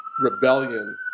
Rebellion